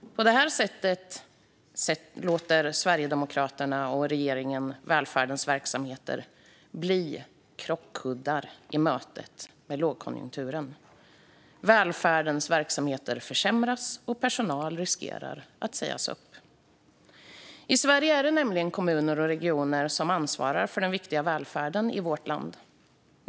På detta sätt låter Sverigedemokraterna och regeringen välfärdens verksamheter bli krockkuddar i mötet med lågkonjunkturen. Välfärdens verksamheter försämras, och personal riskerar att sägas upp. I Sverige är det nämligen kommuner och regioner som ansvarar för den viktiga välfärden i landet.